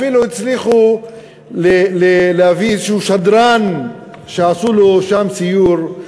אפילו הצליחו להביא איזשהו שדרן שעשו לו שם סיור.